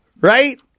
Right